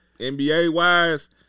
NBA-wise